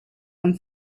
and